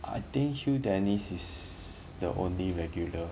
I think hugh dennis is the only regular